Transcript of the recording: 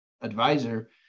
advisor